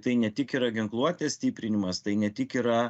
tai ne tik yra ginkluotės stiprinimas tai ne tik yra